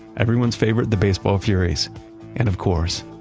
everyone's favorite, the baseball furies and of course,